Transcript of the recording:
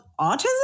autism